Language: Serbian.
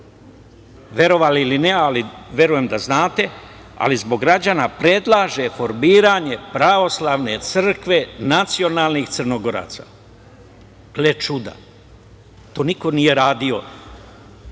Verovali ili ne, ali verujem da znate, ali zbog građana predlaže formiranje Pravoslavne crkve nacionalnih Crnogoraca. Gle čuda. To niko nije radio